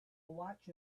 watch